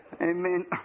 Amen